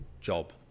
job